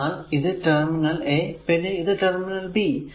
എന്തെന്നാൽ ഇത് terminal a പിന്നെ ഇത് ടെർമിനൽ b